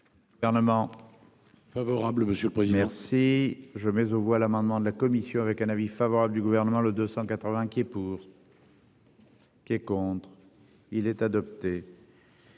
Personnellement. Favorable, monsieur le président. Merci je mais aux voix l'amendement de la commission avec un avis favorable du gouvernement le 280 inquiet pour. Qui est contre, il est adopté.